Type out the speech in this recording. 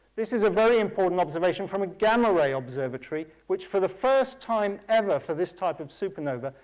this is a very important observation from a gamma ray observatory, which, for the first time ever for this type of supernova,